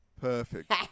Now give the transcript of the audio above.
Perfect